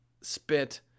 spit